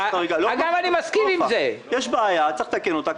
יש בעיה צריך לתקן אותה.